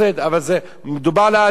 אבל מדובר על האדם,